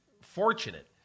fortunate